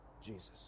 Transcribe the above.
Jesus